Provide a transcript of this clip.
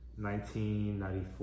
1994